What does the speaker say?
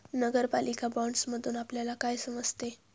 नगरपालिका बाँडसमधुन आपल्याला काय समजते?